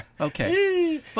Okay